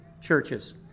churches